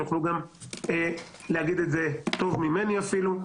ויוכלו להגיד את זה טוב ממני אפילו.